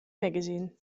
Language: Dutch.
magazine